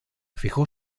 fijó